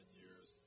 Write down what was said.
years